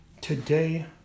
Today